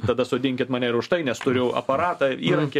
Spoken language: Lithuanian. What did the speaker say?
tada sodinkit mane ir už tai nes turiu aparatą įrankį